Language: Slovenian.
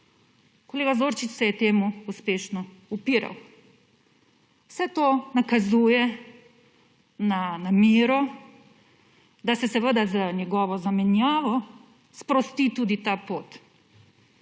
Kolega Zorčič se je temu uspešno upiral. Vse to nakazuje namero, da se z njegovo zamenjavo sprosti tudi ta pot.